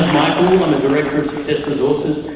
i'm the director of success resources.